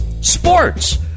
sports